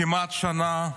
כמעט שנה,